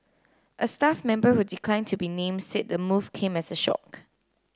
a staff member who declined to be named said the move came as a shock